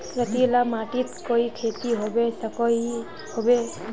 रेतीला माटित कोई खेती होबे सकोहो होबे?